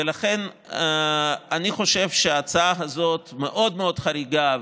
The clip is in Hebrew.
ולכן אני חושב שההצעה הזאת מאוד מאוד חריגה,